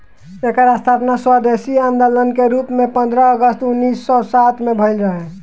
एकर स्थापना स्वदेशी आन्दोलन के रूप में पन्द्रह अगस्त उन्नीस सौ सात में भइल रहे